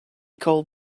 called